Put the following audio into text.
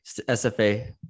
SFA